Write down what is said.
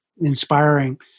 Inspiring